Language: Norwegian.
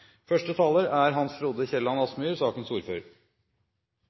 Første taler er Anna Ljunggren, på vegne av sakens ordfører.